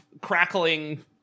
crackling